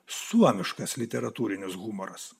suomiškas literatūrinis humoras